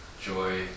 joy